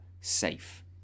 safe